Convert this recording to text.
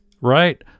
Right